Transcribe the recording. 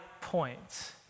point